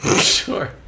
Sure